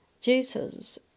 Jesus